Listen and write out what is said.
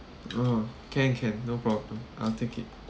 oh can can no problem I'll take it